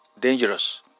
Dangerous